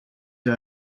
der